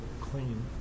clean